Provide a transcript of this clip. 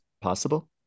possible